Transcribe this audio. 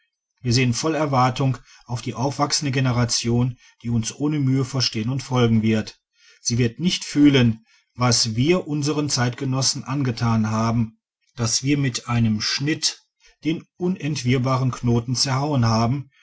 wir sehen voll erwartung auf die aufwachsende generation die uns ohne mühe verstehen und folgen wird sie wird nicht fühlen was wir unsern zeitgenossen angetan haben daß wir mit einem schnitt den unentwirrbaren knoten zerhauen haben